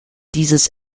dieses